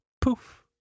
poof